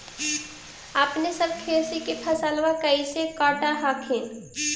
अपने सब खेती के फसलबा कैसे काट हखिन?